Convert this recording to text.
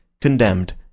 condemned